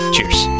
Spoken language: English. Cheers